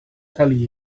tully